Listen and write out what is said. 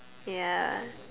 ya